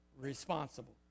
responsible